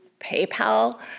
PayPal